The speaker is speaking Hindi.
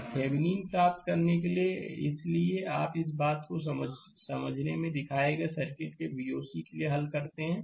स्लाइड समय देखें 2810 थेविनीन प्राप्त करने के लिए इसलिए आप इस बात को समझने में दिखाए गए सर्किट के Voc के लिए हल करते हैं